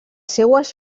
seues